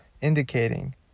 indicating